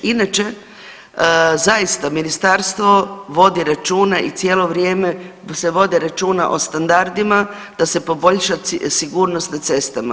Inače, zaista ministarstvo vodi računa i cijelo vrijeme se vode računa o standardima da se poboljša sigurnost na cestama.